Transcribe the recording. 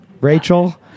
Rachel